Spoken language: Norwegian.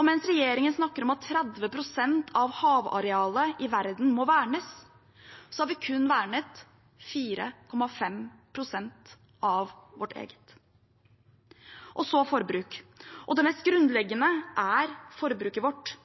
Og mens regjeringen snakker om at 30 pst. av havarealet i verden må vernes, har vi kun vernet 4,5 pst. av vårt eget. Og så forbruk: Det mest grunnleggende er forbruket vårt.